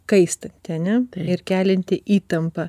kaista ane kelianti įtampą